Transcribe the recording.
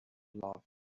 laughed